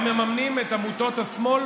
הם מממנים את עמותות השמאל,